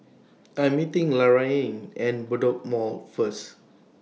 I Am meeting Laraine At Bedok Mall First